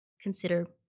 consider